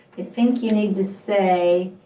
i think you need to say,